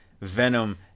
venom